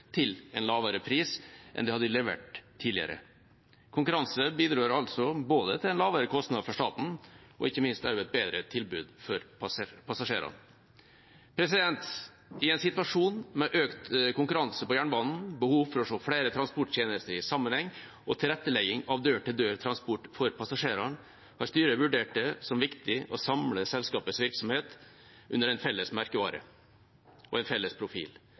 til en lavere pris enn de hadde levert tidligere. Konkurranse bidrar altså både til en lavere kostnad for staten og ikke minst også til et bedre tilbud for passasjerene. I en situasjon med økt konkurranse på jernbanen, behov for å se flere transporttjenester i sammenheng og tilrettelegging av dør-til-dør-transport for passasjerene har styret vurdert det som viktig å samle selskapets virksomhet under en felles merkevare og en felles profil.